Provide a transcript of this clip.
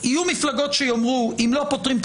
יהיו מפלגות שיאמרו שאם לא פותרים את